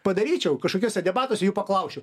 padaryčiau kažkokiuose debatuose jų paklausčiau